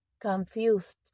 confused